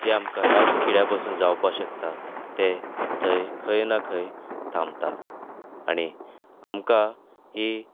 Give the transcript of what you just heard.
जे आमकां ह्या किड्यां पासून जावपाक शकता ते थंय खंय ना खंय थांबतात आनी आमकां ही